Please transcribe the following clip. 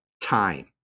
time